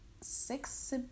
six